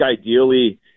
ideally